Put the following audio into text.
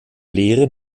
lehre